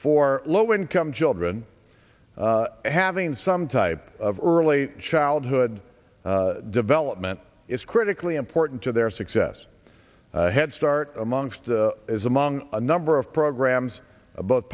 for low income children having some type of early childhood development is critically important to their success headstart amongst as among a number of programs bo